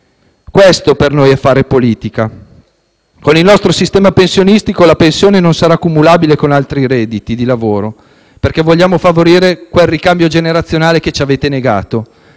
Questo per noi è fare politica. Con il nostro sistema pensionistico, la pensione non sarà cumulabile con altri redditi da lavoro, perché vogliamo favorire quel ricambio generazionale che ci avete negato.